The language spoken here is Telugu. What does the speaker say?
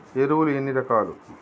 ఎరువులు ఎన్ని రకాలు?